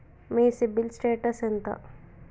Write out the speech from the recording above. మీ CIBIL status ఎంత?